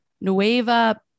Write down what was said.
Nueva